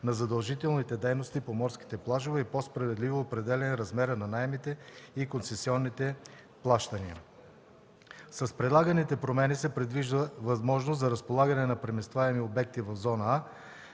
на задължителните дейности на морските плажове и по-справедливо определяне на размера на наемите и концесионните плащания. С предлаганите промени се предвижда възможност за разполагане на преместваеми обекти в зона „А”,